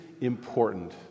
important